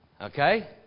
Okay